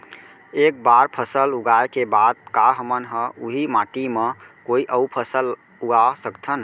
एक बार फसल उगाए के बाद का हमन ह, उही माटी मा कोई अऊ फसल उगा सकथन?